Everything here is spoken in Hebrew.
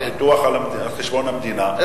הפיתוח על חשבון המדינה,